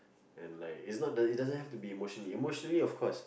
and like it doesn't have to be emotionally emotionally of course